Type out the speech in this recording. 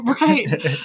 Right